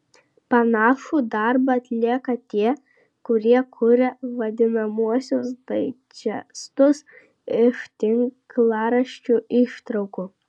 panašų darbą atlieka tie kurie kuria vadinamuosius daidžestus iš tinklaraščių ištraukų